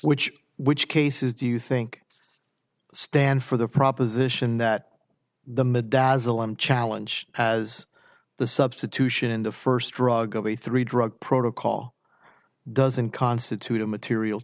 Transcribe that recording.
which which cases do you think stand for the proposition that the madonsela challenge as the substitution in the first drug of a three drug protocol doesn't constitute a material